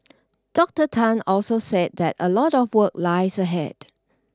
Doctor Tan also said that a lot of work lies ahead